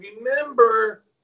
Remember